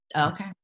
okay